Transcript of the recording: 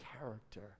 character